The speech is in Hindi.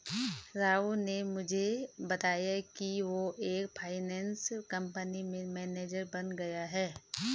राव ने मुझे बताया कि वो एक फाइनेंस कंपनी में मैनेजर बन गया है